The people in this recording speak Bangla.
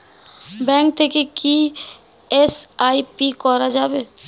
ব্যাঙ্ক থেকে কী এস.আই.পি করা যাবে?